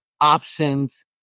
options